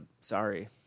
sorry